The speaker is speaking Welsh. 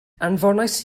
anfonais